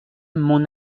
mon